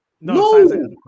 No